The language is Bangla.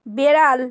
বেড়াল